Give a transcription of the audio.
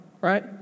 right